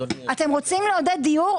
אתם רוצים לעודד דיור?